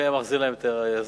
מי היה מחזיר להם את ההשקעה,